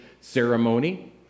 ceremony